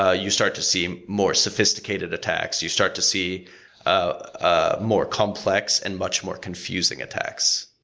ah you start to see more sophisticated attacks. you start to see ah more complex and much more confusing attacks.